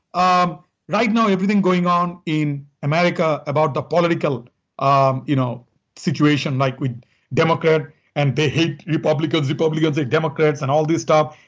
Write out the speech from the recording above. um right now everything going on in america about the political um you know situation, like with democrat and they hate republicans, republicans hate democrats and all this stuff.